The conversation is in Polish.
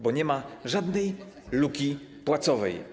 Bo nie ma żadnej luki płacowej.